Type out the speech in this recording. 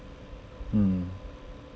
mm